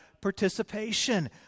participation